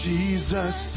Jesus